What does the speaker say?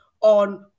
on